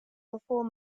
before